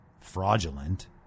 Fraudulent